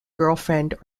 girlfriend